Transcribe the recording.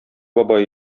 бабай